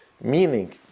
Meaning